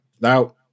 now